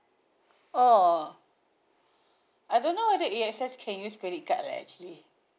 oh I don't know A X S can use the credit card lah actually